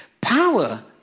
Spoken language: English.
power